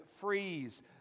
freeze